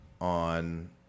on